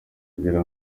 kugira